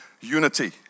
unity